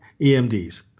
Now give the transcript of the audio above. EMDs